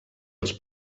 els